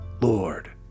Lord